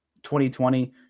2020